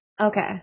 okay